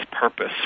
purpose